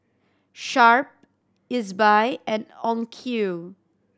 Sharp Ezbuy and Onkyo